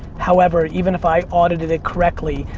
however, even if i audited it correctly,